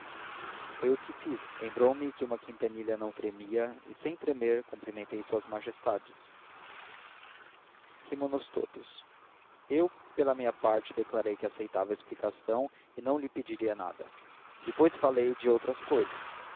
foi o que fiz lembrou-me que uma quintanilha não tremia e sem tremer cumprimentei suas majestades rimo-nos todos eu pela minha parte declarei que aceitava a explicação e neo lhe pediria nada e depois falei de outras cousas